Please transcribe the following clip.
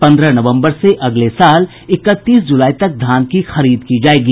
पंद्रह नवम्बर से अगले साल इकतीस जुलाई तक धान की खरीद की जायेगी